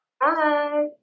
Bye